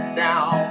down